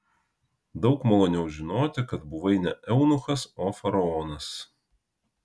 daug maloniau žinoti kad buvai ne eunuchas o faraonas